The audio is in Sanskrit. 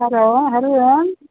हल ओ हरिः ओम्